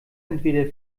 entweder